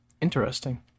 Interesting